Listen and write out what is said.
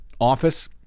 office